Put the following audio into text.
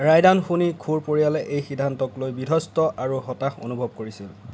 ৰায়দান শুনি খোৰ পৰিয়ালে এই সিদ্ধান্তক লৈ বিধ্বস্ত আৰু হতাশ অনুভৱ কৰিছিল